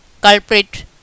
culprit